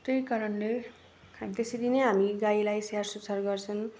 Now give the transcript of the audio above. त्यही कारणले त्यसरी नै हामी गाईलाई स्याहारसुसार गर्छन्